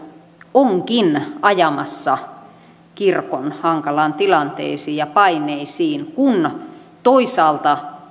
onkin ajamassa kirkon hankalaan tilanteeseen ja paineisiin kun toisaalta